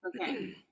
Okay